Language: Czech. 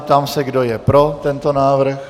Ptám se, kdo je pro tento návrh.